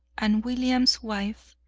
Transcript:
and william's wife,